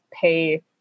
pay